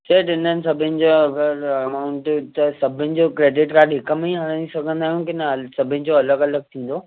सेठ हिननि सभिनि जा अगरि अमाउंट त सभिनि जो क्रेडिट कार्ड हिक में ई हणी सघंदा आहियो कि न सभिनि जो अलॻि अलॻि थींदो